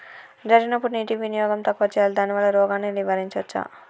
జరిగినప్పుడు నీటి వినియోగం తక్కువ చేయాలి దానివల్ల రోగాన్ని నివారించవచ్చా?